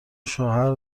شوهر